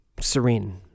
Serene